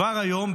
כבר היום,